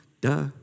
Duh